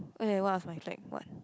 okay what was my what